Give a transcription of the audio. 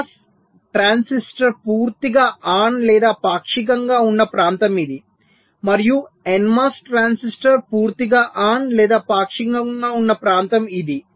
PMOS transistor పూర్తిగా on లేదా పాక్షికంగా ఉన్న ప్రాంతం ఉంది మరియు NMOS ట్రాన్సిస్టర్ పూర్తిగా ఆన్ లేదా పాక్షికంగా ఉన్న ప్రాంతం ఉంది